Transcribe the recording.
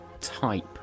type